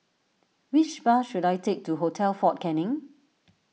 which bus should I take to Hotel fort Canning